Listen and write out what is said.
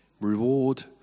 reward